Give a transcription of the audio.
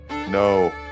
No